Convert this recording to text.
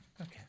Okay